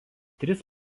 tris